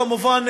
כמובן,